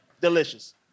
delicious